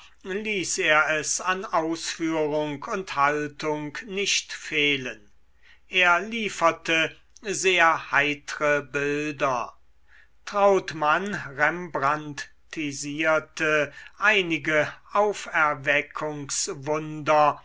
er es an ausführung und haltung nicht fehlen er lieferte sehr heitre bilder trautmann rembrandtisierte einige